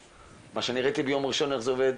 מה שאני ראיתי ביום ראשון, איך זה עובד.